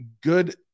good